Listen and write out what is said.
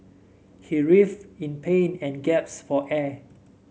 he writhed in pain and gasped for air